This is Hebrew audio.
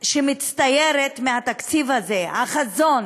שמצטיירת מהתקציב הזה, החזון